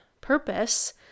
purpose